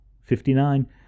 Fifty-nine